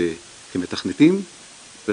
זאת